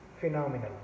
phenomenal